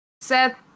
Seth